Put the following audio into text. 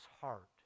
heart